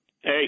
Hey